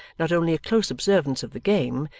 not only a close observance of the game,